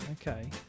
Okay